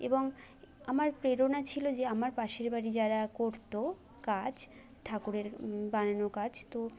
এবং আমার প্রেরণা ছিল যে আমার পাশের বাড়ি যারা করতো কাজ ঠাকুরের বানানোর কাজ তো